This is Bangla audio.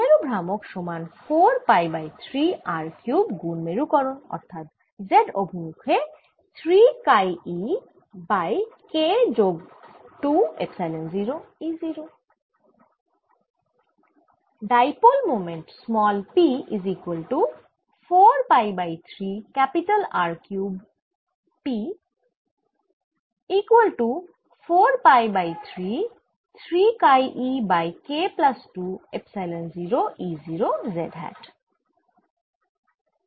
দ্বিমেরু ভ্রামক সমান 4 পাই বাই 3 R কিউব গুন মেরুকরন অর্থাৎ z অভিমুখে 3 কাই e বাই K যোগ 2 এপসাইলন 0 E 0